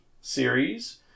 series